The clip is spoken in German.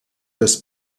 das